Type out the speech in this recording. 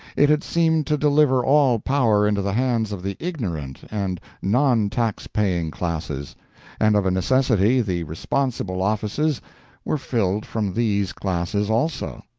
it had seemed to deliver all power into the hands of the ignorant and non-tax-paying classes and of a necessity the responsible offices were filled from these classes also.